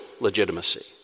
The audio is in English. legitimacy